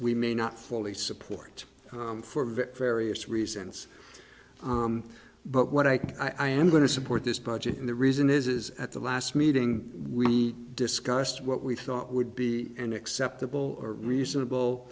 we may not fully support for various reasons but what i can i am going to support this budget and the reason is is at the last meeting we discussed what we thought would be an acceptable reasonable